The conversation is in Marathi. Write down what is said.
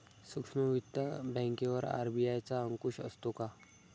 सूक्ष्म वित्त बँकेवर आर.बी.आय चा अंकुश असतो का?